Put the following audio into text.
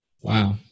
Wow